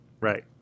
right